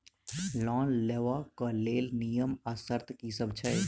Loan लेबऽ कऽ लेल नियम आ शर्त की सब छई?